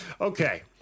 Okay